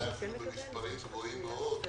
אולי אפילו במספרים גבוהים מאוד.